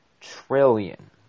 trillion